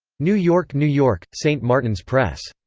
new york, new york st. martin's press.